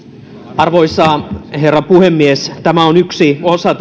arvoisa herra puhemies tämä on yksi osa